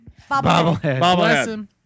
Bobblehead